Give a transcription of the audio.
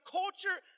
culture